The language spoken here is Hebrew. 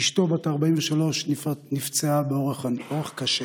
אשתו, בת 43, נפצעה באורח קשה.